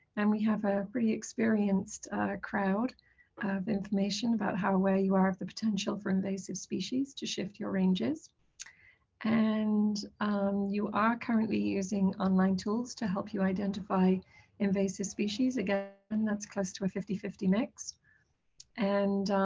and we have a pretty experienced crowd of information about how aware you are of the potential for invasive species to shift your ranges and you are currently using online tools to help you identify invasive species again and that's close to a fifty fifty mix and